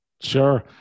Sure